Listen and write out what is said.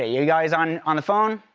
ah you guys on on the phone?